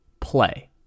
play